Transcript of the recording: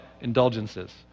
indulgences